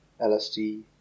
LSD